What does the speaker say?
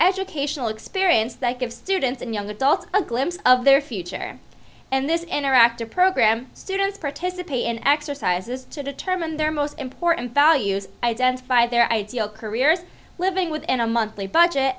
educational experience that gives students and young adults a glimpse of their future and this interactive program students participate in exercises to determine their most important values identify their ideal careers living within a monthly budget